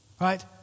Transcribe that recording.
right